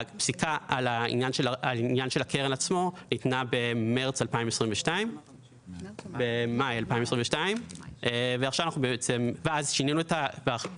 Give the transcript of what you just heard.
הפסיקה על עניין הקרן עצמה ניתנה במאי 2022. כיום,